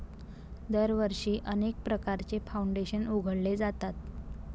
दरवर्षी अनेक प्रकारचे फाउंडेशन उघडले जातात